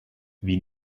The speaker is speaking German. wie